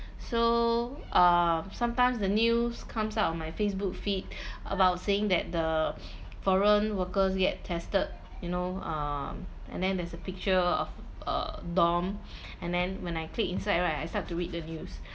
so uh sometimes the news comes out of my Facebook feed about saying that the foreign workers get tested you know um and then there's a picture of a dorm and then when I click inside right I start to read the news